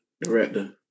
director